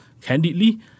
candidly